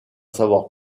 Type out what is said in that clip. savoir